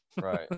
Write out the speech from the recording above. right